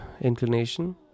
inclination